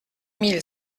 mille